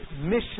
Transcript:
Mission